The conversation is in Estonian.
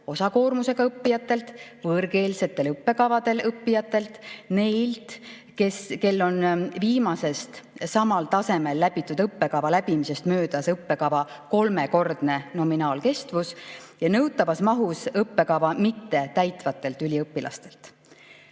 osakoormusega õppijatelt, võõrkeelsetel õppekavadel õppijatele, neilt, kel on viimasest sama taseme õppekava läbimisest möödas [vähem kui] õppekava kolmekordne nominaalkestus, ja nõutavas mahus õppekava mitte täitvatelt üliõpilastelt.